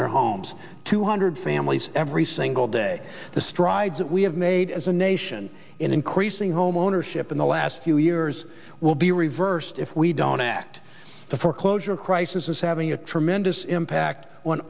their homes two hundred families every single day the strides that we have made as a nation increasing homeownership in the last few years will be reversed if we don't act the foreclosure crisis is having a tremendous impact on